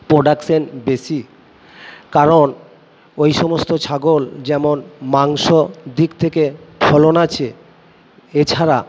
production বেশি কারণ ওই সমস্ত ছাগল যেমন মাংস দিক থেকে ফলন আছে এছাড়া